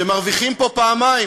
שמרוויחים פה פעמיים: